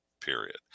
Period